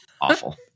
Awful